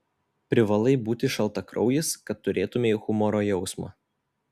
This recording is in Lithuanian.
privalai būti šaltakraujis kad turėtumei humoro jausmą